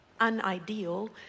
unideal